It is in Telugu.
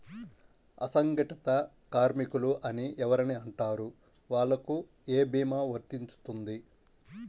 అసంగటిత కార్మికులు అని ఎవరిని అంటారు? వాళ్లకు ఏ భీమా వర్తించుతుంది?